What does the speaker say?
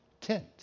tent